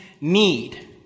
need